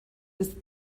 ist